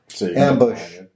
Ambush